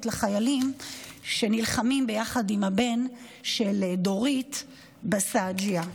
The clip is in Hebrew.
לחיילים שנלחמים ביחד עם הבן של דורית בשג'אעיה?